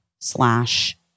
slash